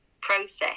process